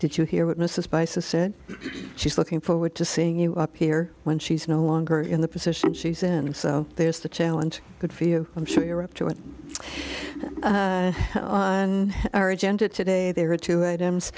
did you hear what mrs bison said she's looking forward to seeing you up here when she's no longer in the position she's in so there's the challenge good for you i'm sure you're up to it on our agenda today there are two items